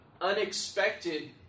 unexpected